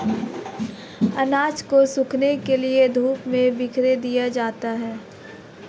अनाज को सुखाने के लिए धूप में बिखेर दिया जाता है